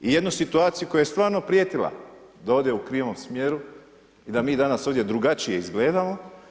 I jednu situaciju koja je stvarno prijetila da ode u krivom smjeru i da mi danas ovdje drugačije izgledamo.